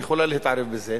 והיא יכולה להתערב בזה.